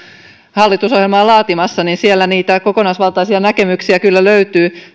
hallitusohjelmaa laatimassa siellä niitä kokonaisvaltaisia näkemyksiä kyllä löytyy